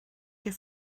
your